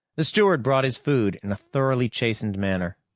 the steward brought his food in a thoroughly chastened manner.